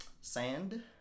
sand